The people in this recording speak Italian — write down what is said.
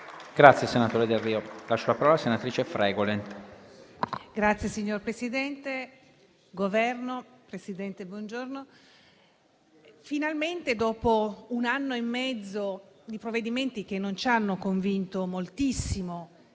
presidente Bongiorno, finalmente, dopo un anno e mezzo di provvedimenti che non ci hanno convinto moltissimo